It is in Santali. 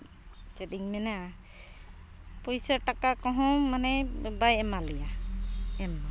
ᱪᱮᱫ ᱤᱧ ᱢᱮᱱᱟ ᱯᱚᱭᱥᱟ ᱴᱟᱠᱟ ᱠᱚᱦᱚᱸ ᱢᱟᱱᱮ ᱵᱟᱭ ᱮᱢᱟ ᱞᱮᱭᱟ ᱮᱢ ᱦᱚᱸ